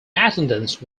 attendance